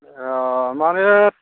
अ माने